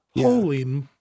Holy